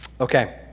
Okay